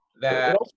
That-